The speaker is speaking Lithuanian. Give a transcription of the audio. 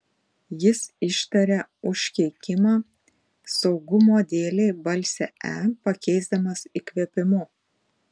jis ištarė užkeikimą saugumo dėlei balsę e pakeisdamas įkvėpimu